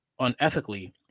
unethically